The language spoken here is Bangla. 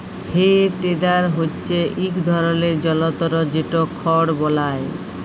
হে টেডার হচ্যে ইক ধরলের জলতর যেট খড় বলায়